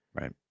Right